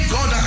God